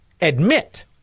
admit